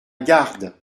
garde